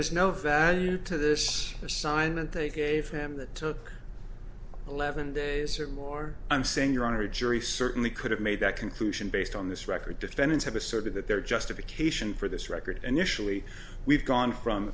was no value to this assignment they gave him that took eleven days or more i'm saying your honor jury certainly could have made that conclusion based on this record defendants have asserted that their justification for this record and actually we've gone from